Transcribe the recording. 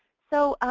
so,